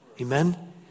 Amen